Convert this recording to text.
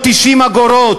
עגבניות 90 אגורות,